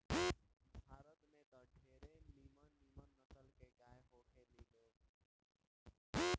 भारत में त ढेरे निमन निमन नसल के गाय होखे ली लोग